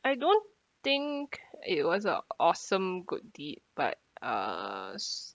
I don't think it was a awesome good deed but uh it's